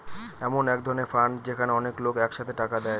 এমন এক ধরনের ফান্ড যেখানে অনেক লোক এক সাথে টাকা দেয়